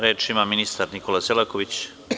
Reč ima ministar Nikola Selaković.